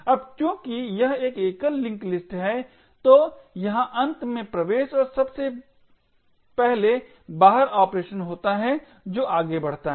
अब चूंकि यह एक एकल लिंक लिस्ट है तो यहाँ अंत में प्रवेश और सबसे पहले बाहर ऑपरेशन होता है जो आगे बढ़ता है